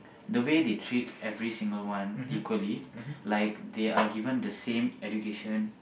the way they treat every single one equally like they are given the same education